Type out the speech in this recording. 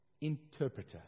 interpreter